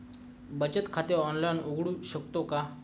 बचत खाते ऑनलाइन उघडू शकतो का?